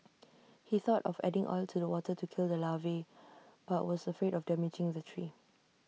he thought of adding oil to the water to kill the larvae but was afraid of damaging the tree